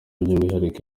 by’umwihariko